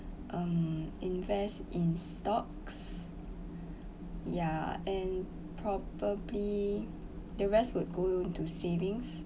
um invest in stocks ya and probably the rest would go into savings